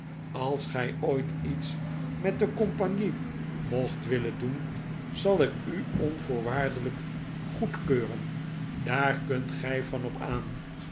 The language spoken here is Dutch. als gij ooit iets met de compagnie mocht willen doen zal ik u onvoorwaardelijk goedkeuren daar kunt gij van op aan